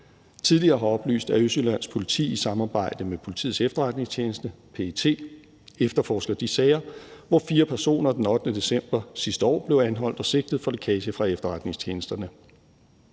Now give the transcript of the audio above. tidligere har oplyst, at Østjyllands Politi i samarbejde med Politiets Efterretningstjeneste, PET, efterforsker de sager, hvor fire personer den 8. december sidste år blev anholdt og sigtet for lækage fra efterretningstjenesterne.